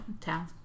Town